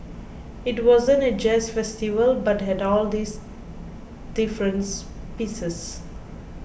it wasn't a jazz festival but had all these different pieces